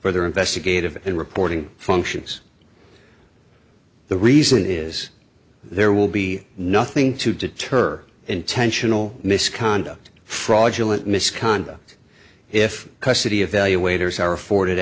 for their investigative and reporting functions the reason is there will be nothing to deter intentional misconduct fraudulent misconduct if custody evaluators are afforded